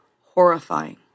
horrifying